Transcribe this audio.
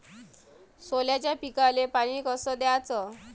सोल्याच्या पिकाले पानी कस द्याचं?